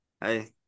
hey